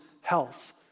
health